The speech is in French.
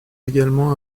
également